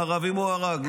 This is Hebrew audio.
גם ערבים הוא הרג,